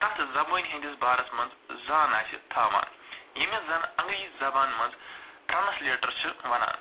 تتھ زبانہِ ہٕنٛدِس بارس منٛز زان آسہِ تھاوان ییٚمِس زن انٛگریٖزۍ زبان منٛز ٹرٛانٛسلیٹر چھِ وَنان